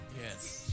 Yes